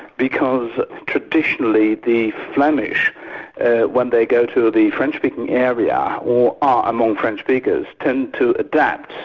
because traditionally the flemish when they go to the french-speaking area or are among french speakers, tend to adapt,